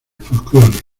folclore